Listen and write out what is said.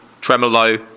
Tremolo